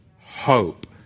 hope